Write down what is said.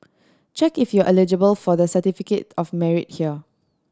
check if you are eligible for the Certificate of Merit here